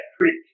creek